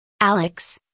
Alex